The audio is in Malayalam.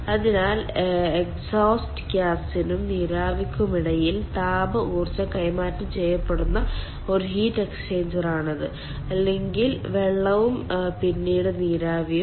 അതിനാൽ എക്സ്ഹോസ്റ്റ് ഗ്യാസിനും നീരാവിക്കുമിടയിൽ താപ ഊർജ്ജം കൈമാറ്റം ചെയ്യപ്പെടുന്ന ഒരു ഹീറ്റ് എക്സ്ചേഞ്ചറാണിത് അല്ലെങ്കിൽ വെള്ളവും പിന്നീട് നീരാവിയും